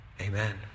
Amen